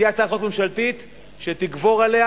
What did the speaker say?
תהיה הצעת חוק ממשלתית שתגבר עליה